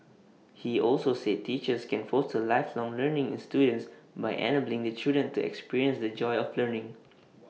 he also said teachers can foster lifelong learning in students by enabling the children to experience the joy of learning